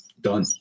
done